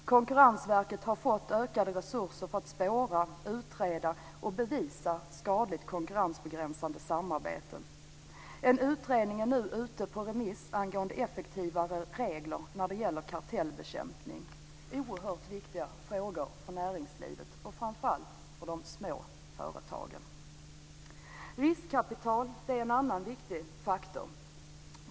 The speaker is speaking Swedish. Konkurrensverket har fått ökade resurser för att spåra, utreda och bevisa skadligt konkurrensbegränsande samarbete. En utredning är nu ute på remiss angående effektivare regler när det gäller kartellbekämpning. Det är oerhört viktiga frågor för näringslivet, och framför allt för de små företagen. Riskkapital är en annan viktig faktor.